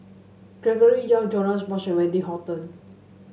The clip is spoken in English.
Gregory Yong Joash Moo Wendy Hutton